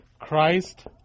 Christ